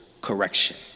correction